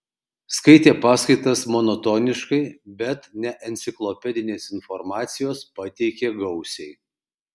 skaitė paskaitas monotoniškai bet neenciklopedinės informacijos pateikė gausiai